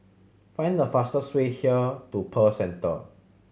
find the fastest way here to Pearl Centre